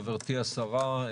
חברתי השרה,